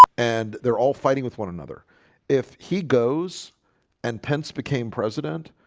and they're all fighting with one another if he goes and pence became president